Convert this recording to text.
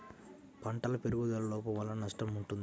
పంటల పెరుగుదల లోపం వలన నష్టము ఉంటుందా?